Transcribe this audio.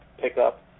pickup